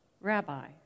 Rabbi